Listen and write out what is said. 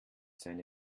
seine